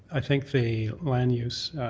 i think the land use